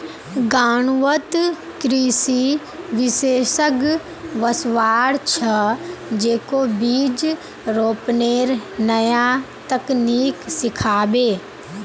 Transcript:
गांउत कृषि विशेषज्ञ वस्वार छ, जेको बीज रोपनेर नया तकनीक सिखाबे